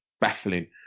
baffling